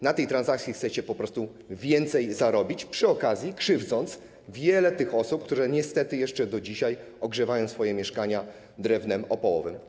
Na tej transakcji chcecie po prostu więcej zarobić, przy okazji krzywdząc wiele tych osób, które niestety jeszcze do dzisiaj ogrzewają swoje mieszkania drewnem opałowym.